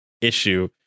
issue